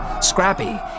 scrappy